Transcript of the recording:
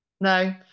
No